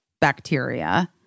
Bacteria